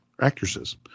actresses